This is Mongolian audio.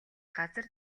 газар